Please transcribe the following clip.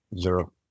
Zero